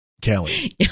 Kelly